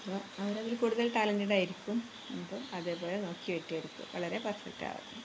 അപ്പോള് അവരതില് കൂടുതൽ ടാലന്റഡായിരിക്കും ഇപ്പോള് അതേപോലെ നോക്കി വെട്ടിയെടുക്കും വളരെ പെർഫെക്റ്റാവും